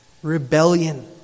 Rebellion